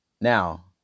Now